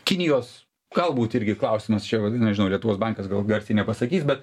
kinijos galbūt irgi klausimas čia va nežinau lietuvos bankas gal garsiai nepasakys bet